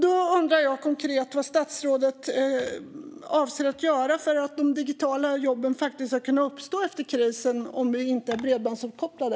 Jag undrar vad statsrådet konkret avser att göra för att de digitala jobben faktiskt ska kunna tillkomma efter krisen om vi inte är bredbandsuppkopplade.